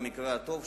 במקרה הטוב,